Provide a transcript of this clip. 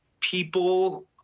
people